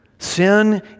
Sin